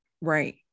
right